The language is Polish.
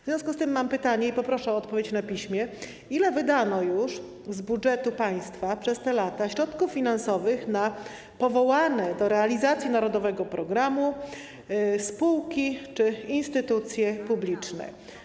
W związku z tym mam pytanie i poproszę o odpowiedź na piśmie: Ile już wydano z budżetu państwa przez te lata środków finansowych na powołane do realizacji narodowego programu spółki czy instytucje publiczne?